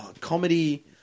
comedy